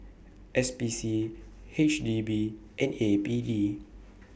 S P C H D B and A P D